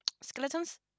skeletons